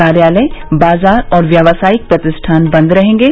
कार्यालय बाजार और व्यावसायिक प्रतिष्ठान बंद रहेंगे